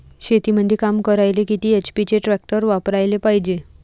शेतीमंदी काम करायले किती एच.पी चे ट्रॅक्टर वापरायले पायजे?